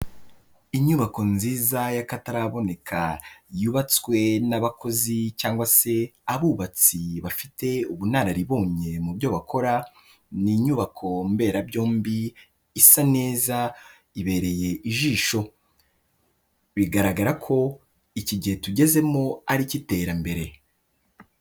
Inyubako nziza y'akataraboneka, yubatswe n'abakozi cyangwa se abubatsi, bafite ubunararibonye mu byo bakora, ni inyubako mberabyombi, isa neza, ibereye ijisho. Bigaragara ko, iki gihe tugezemo, ari icy'iterambere.